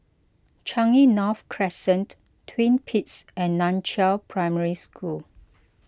Changi North Crescent Twin Peaks and Nan Chiau Primary School